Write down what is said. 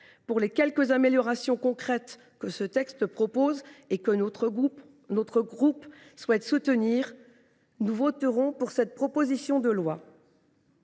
Pour les quelques améliorations concrètes que ce texte propose et que notre groupe souhaite soutenir, nous voterons pour cette proposition de loi.